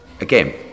again